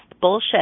bullshit